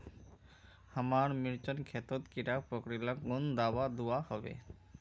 हमार मिर्चन खेतोत कीड़ा पकरिले कुन दाबा दुआहोबे?